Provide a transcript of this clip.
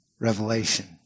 Revelation